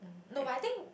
no but I think